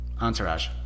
Entourage